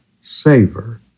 savor